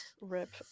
Rip